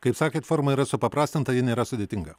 kaip sakėt forma yra supaprastinta ji nėra sudėtinga